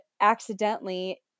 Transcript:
accidentally